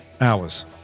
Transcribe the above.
hours